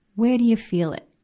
where do you feel it?